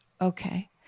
Okay